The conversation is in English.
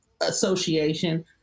association